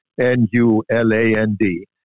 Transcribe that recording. N-U-L-A-N-D